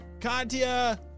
Katya